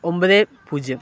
ഒൻപത് പൂജ്യം